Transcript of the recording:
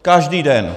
Každý den.